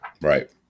Right